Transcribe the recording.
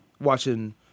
watching